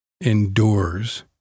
endures